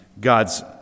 God's